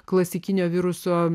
klasikinio viruso